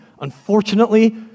Unfortunately